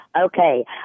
Okay